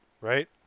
right